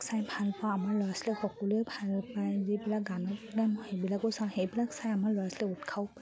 চাই ভাল পাওঁ আমাৰ ল'ৰা ছোৱালী সকলোৱে ভাল পায় যিবিলাক গানৰ গান সেইবিলাকো চাওঁ সেইবিলাক চাই আমাৰ ল'ৰা ছোৱালীয়ে উৎসাহো পায়